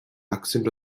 accent